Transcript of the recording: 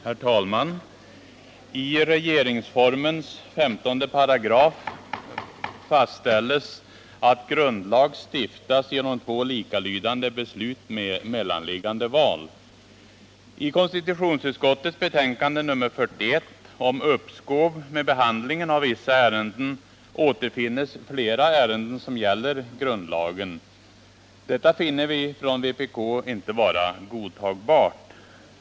Herr talman! I regeringsformens 15 § fastställes att grundlag stiftas genom två likalydande beslut med mellanliggande val. I konstitutionsutskottets betänkande nr 41 om uppskov med behandlingen av vissa ärenden återfinns flera ärenden som gäller grundlagen. Detta finner vi från vpk inte vara godtagbart.